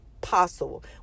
possible